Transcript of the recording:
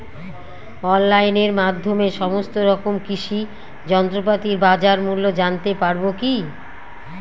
অনলাইনের মাধ্যমে সমস্ত রকম কৃষি যন্ত্রপাতির বাজার মূল্য জানতে পারবো কি?